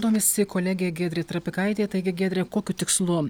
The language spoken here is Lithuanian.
domisi kolegė giedrė trapikaitė taigi giedre kokiu tikslu